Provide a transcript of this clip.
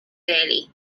daily